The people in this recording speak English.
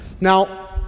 Now